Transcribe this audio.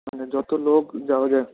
মানে যত লোক যাওয়া যায় আর কি